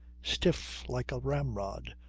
stiff like a ramrod,